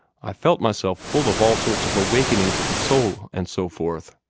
i felt myself full of all sorts of awakenings of the soul and so forth.